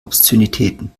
obszönitäten